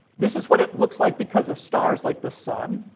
this is what it looks like because of stars like the sun.